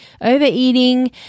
Overeating